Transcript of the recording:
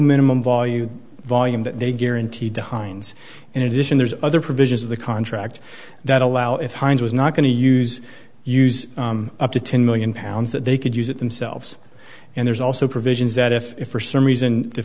minimum value volume that they guaranteed to heinz in addition there's other provisions of the contract that allow if heinz was not going to use use up to ten million pounds that they could use it themselves and there's also provisions that if for some reason the